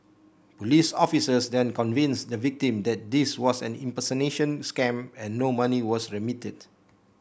police officers then convinced the victim that this was an impersonation scam and no money was remitted